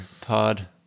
Pod